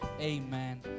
Amen